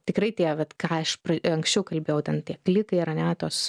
tikrai tie vat ką aš anksčiau kalbėjau ten tie klikai ar ane tos